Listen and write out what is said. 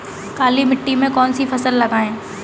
काली मिट्टी में कौन सी फसल लगाएँ?